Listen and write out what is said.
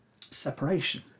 separation